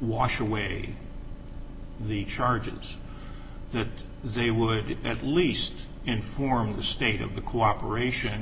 wash away the charges that they would at least inform the state of the cooperation